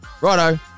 Righto